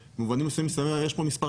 במובנים מסוימים זאת אומרת יש פה מספר